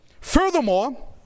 Furthermore